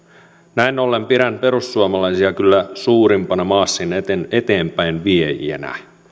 näin ollen pidän perussuomalaisia kyllä suurimpina maasin eteenpäinviejinä